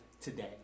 today